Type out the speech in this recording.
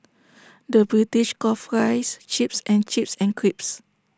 the British calls Fries Chips and chips and crisps